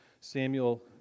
Samuel